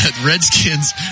Redskins